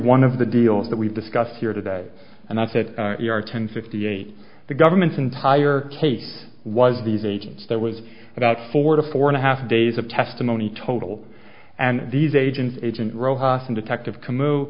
one of the deals that we've discussed here today and that's it we are ten fifty eight the government's entire case was these agents there was about four to four and a half days of testimony total and these agents agent rojas and detective can